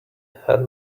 had